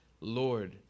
Lord